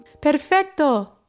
Perfecto